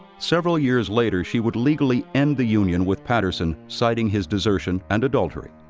several years later she would legally end the union with patterson, citing his desertion and adultery.